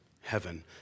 Heaven